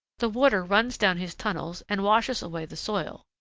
the water runs down his tunnels and washes away the soil.